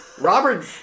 Robert